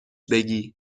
بگی